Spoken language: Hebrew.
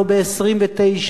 לא ב-1929,